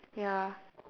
ya